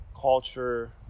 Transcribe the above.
culture